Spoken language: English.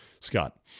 Scott